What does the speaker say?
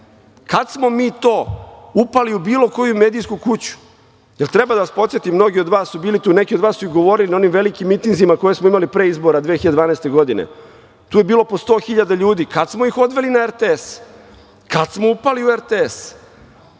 Kad smo mi to upali u bilo koju medijsku kuću? Je l' treba da vas podsetim, mnogi od vas su bili tu, neki od vas su i govorili na onim velikim mitinzima koje smo imali pre izbora 2012. godine, tu je bilo po sto hiljada ljudi, kada smo ih odveli na RTS? Kad smo upali u RTS?